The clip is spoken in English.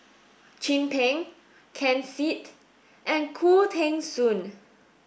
Chin Peng Ken Seet and Khoo Teng Soon